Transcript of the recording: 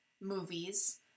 movies